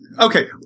Okay